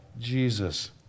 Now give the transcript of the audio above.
Jesus